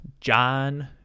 John